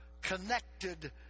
connected